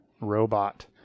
robot